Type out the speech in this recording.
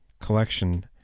collection